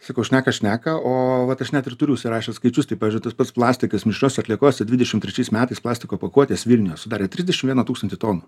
sakau šneka šneka o vat aš net ir turiu užsirašęs skaičius tai pavyzdžiui tas pats plastikas mišriose atliekose dvidešim trečiais metais plastiko pakuotės vilniuje sudarė trisdešim vieną tūkstantį tonų